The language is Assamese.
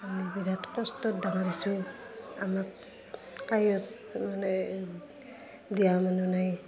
আমি বিৰাট কষ্টত ডাঙৰ হৈছোঁ আমাক কোনোৱে মানে দিয়া মানুহ নাই